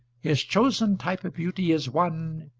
his chosen type of beauty is one,